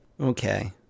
Okay